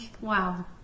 wow